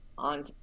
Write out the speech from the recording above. on